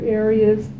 areas